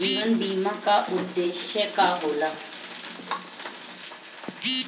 जीवन बीमा का उदेस्य का होला?